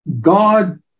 God